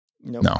No